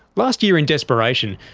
last year, in desperation,